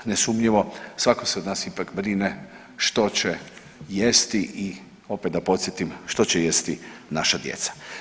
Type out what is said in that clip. Nesumnjivo, svako se od nas ipak brine što će jesti i opet da podsjetim, što će jesti naša djeca.